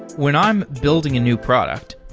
when i'm building a new product,